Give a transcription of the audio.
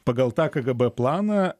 pagal tą kgb planą